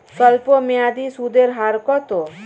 স্বল্পমেয়াদী সুদের হার কত?